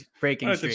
breaking